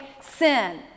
sin